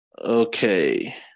Okay